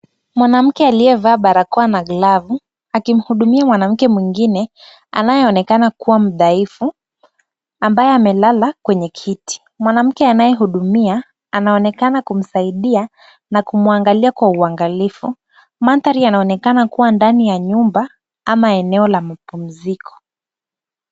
Mwanamke aliyevaa barakoa na glavu akimhudumia mwanamke mwingine anayeonekana kuwa mdhaifu ambaye amelala kwenye kiti. Mwanamke anayehudumia anaonekana kumsaidia na kumwangalia kwa uangalifu. Mandhari yanaonekana kuwa ndani ya nyumba ama eneo la mapumziko.